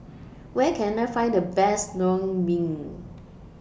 Where Can I Find The Best Naengmyeon